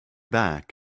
back